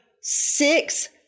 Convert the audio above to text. six